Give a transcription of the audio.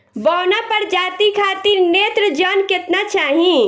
बौना प्रजाति खातिर नेत्रजन केतना चाही?